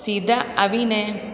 સીધા આવીને